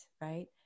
Right